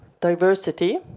diversity